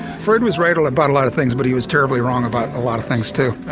freud was right ah about a lot of things but he was terribly wrong about a lot of things too.